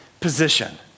position